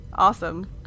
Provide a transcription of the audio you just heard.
Awesome